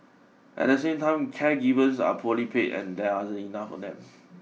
at the same time caregivers are poorly paid and there enough of them